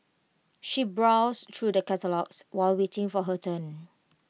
she browsed through the catalogues while waiting for her turn